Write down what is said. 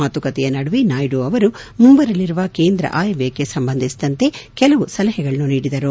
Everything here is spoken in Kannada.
ಮಾತುಕತೆಯ ನಡುವೆ ನಾಯ್ನು ಅವರು ಮುಂಬರಲಿರುವ ಕೇಂದ್ರ ಆಯವ್ಯಯಕ್ಕೆ ಸಂಬಂಧಿಸಿದಂತೆ ಕೆಲವು ಸಲಪೆಗಳನ್ನು ನೀಡಿದರು